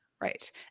Right